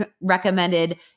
recommended